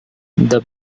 the